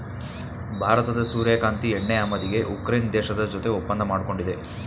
ಭಾರತದ ಸೂರ್ಯಕಾಂತಿ ಎಣ್ಣೆ ಆಮದಿಗೆ ಉಕ್ರೇನ್ ದೇಶದ ಜೊತೆಗೆ ಒಪ್ಪಂದ ಮಾಡ್ಕೊಂಡಿದೆ